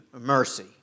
mercy